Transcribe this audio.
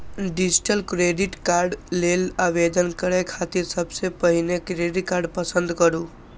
digitally credit card लेल आवेदन करै खातिर सबसं पहिने क्रेडिट कार्ड पसंद करू